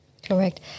Correct